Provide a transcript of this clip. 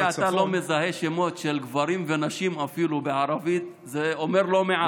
אבל זה שאתה אפילו לא מזהה שמות של גברים ונשים בערבית זה אומר לא מעט.